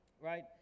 right